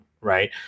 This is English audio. right